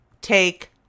take